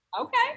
Okay